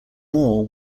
moore